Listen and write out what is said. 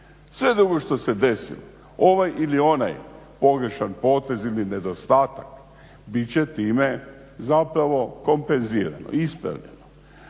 Sve drugo što se desilo, ovaj ili onaj pogrešan potez ili nedostatak, bit će time zapravo kompenzirano, ispravljeno.